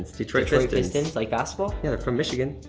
detroit pistons, like basketball? yeah, they're from michigan.